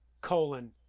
colon